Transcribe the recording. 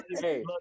hey